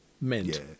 meant